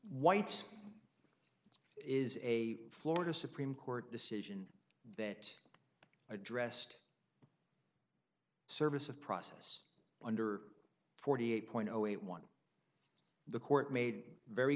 white it is a florida supreme court decision that addressed service of process under forty eight point zero eight one the court made very